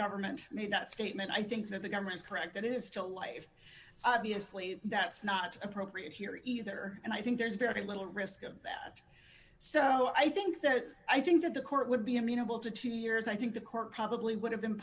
government made that statement i think that the government's correct that it is to life obviously that's not appropriate here either and i think there's very little risk of that so i think that i think that the court would be amenable to two years i think the court probably would have